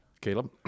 Caleb